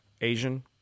Asian